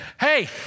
hey